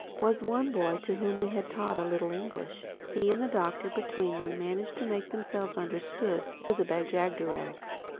was one boy to whom we had taught a little english. he and the doctor between them managed to make themselves understood to the bag-jagderags.